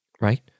right